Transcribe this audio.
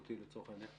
בוקר טוב.